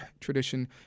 tradition